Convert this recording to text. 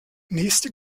nächste